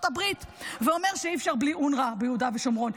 הברית ואומר שאי-אפשר בלי אונר"א ביהודה ושומרון.